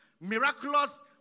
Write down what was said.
miraculous